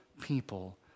people